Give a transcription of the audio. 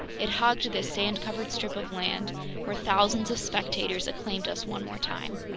it hugged this sand-covered strip of land where thousands of spectators acclaimed us one more time.